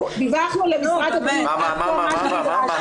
אנחנו דיווחנו למשרד הבריאות את כל מה שנדרשנו.